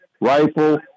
rifle